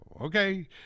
Okay